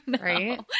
Right